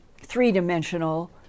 three-dimensional